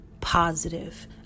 positive